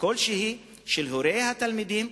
כלשהי של הורי התלמידים,